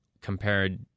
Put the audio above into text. compared